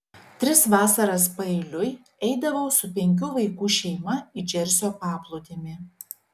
tris vasaras paeiliui eidavau su penkių vaikų šeima į džersio paplūdimį